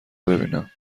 ببینم